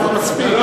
מספיק.